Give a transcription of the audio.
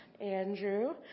Andrew